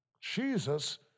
Jesus